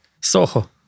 Soho